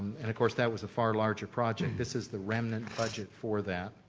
and of course, that was a far larger project. this is the remnant budget for that,